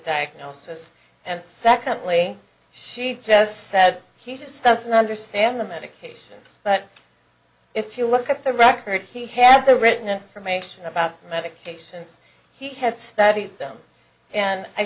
diagnosis and secondly she just said he just doesn't understand the medications but if you look at the records he had the written a formation about medications he had studied them and i